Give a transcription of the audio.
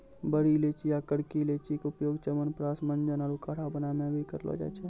बड़ी इलायची या करकी इलायची के उपयोग च्यवनप्राश, मंजन आरो काढ़ा बनाय मॅ भी करलो जाय छै